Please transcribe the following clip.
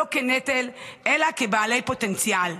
לא כנטל אלא כבעלי פוטנציאל.